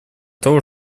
того